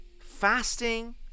fasting